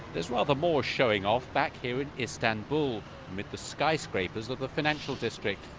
there's rather more showing off back here in istanbul, amid the skyscrapers of the financial district.